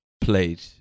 played